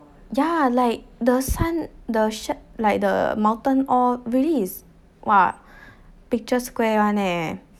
yeah like the sun the sh~ like the mountain all really is !wah! picture square [one] eh